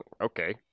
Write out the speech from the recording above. okay